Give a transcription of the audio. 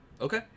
Okay